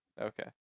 Okay